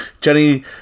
Jenny